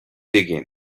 digging